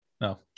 No